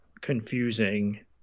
confusing